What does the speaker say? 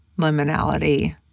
liminality